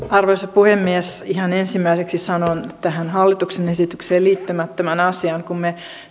arvoisa puhemies ihan ensimmäiseksi sanon tähän hallituksen esitykseen liittymättömän asian kun me